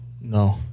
No